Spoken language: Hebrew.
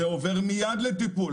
זה עובר מיד לטיפול.